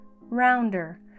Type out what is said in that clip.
rounder